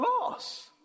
loss